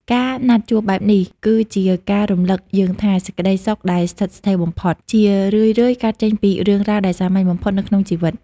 ការណាត់ជួបបែបនេះ គឺជាការរំលឹកយើងថា សេចក្តីសុខដែលស្ថិតស្ថេរបំផុត ជារឿយៗកើតចេញពីរឿងរ៉ាវដែលសាមញ្ញបំផុតនៅក្នុងជីវិត។